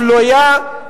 אפליה,